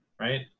right